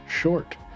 short